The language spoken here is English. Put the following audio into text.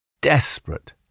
Desperate